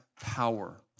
power